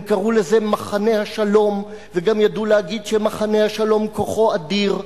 הם קראו לזה "מחנה השלום" וגם ידעו להגיד שמחנה השלום כוחו אדיר,